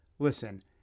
Listen